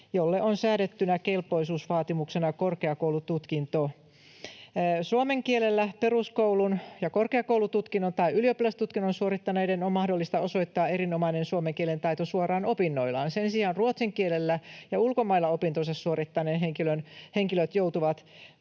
jolle on säädettynä kelpoisuusvaatimuksena korkeakoulututkinto. Suomen kielellä peruskoulun ja korkeakoulututkinnon tai ylioppilastutkinnon suorittaneiden on mahdollista osoittaa erinomainen suomen kielen taito suoraan opinnoillaan. Sen sijaan ruotsin kielellä ja ulkomailla opintonsa suorittaneet henkilöt joutuvat